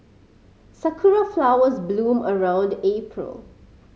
sakura flowers bloom around April